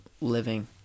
living